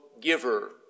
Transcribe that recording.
giver